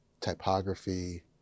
typography